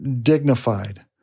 dignified